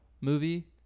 movie